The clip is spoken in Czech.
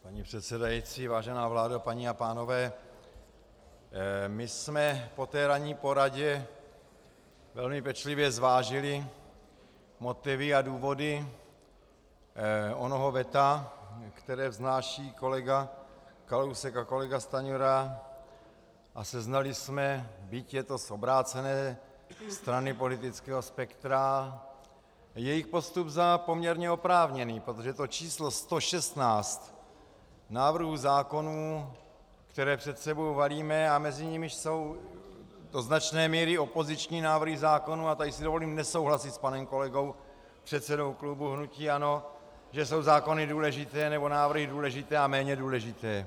Paní předsedající, vážená vládo, paní a pánové, my jsme po té ranní poradě velmi pečlivě zvážili motivy a důvody onoho veta, které vznáší kolega Kalousek a kolega Stanjura, a seznali jsme, byť je to z obrácené strany politického spektra, jejich postup za poměrně oprávněný, protože to číslo 116 návrhů zákonů, které před sebou valíme a mezi nimiž jsou do značné míry opoziční návrhy zákonů, a tady si dovolím nesouhlasit s panem kolegou předsedou klubu hnutí ANO, že jsou zákony důležité, nebo návrhy důležité a méně důležité.